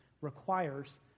requires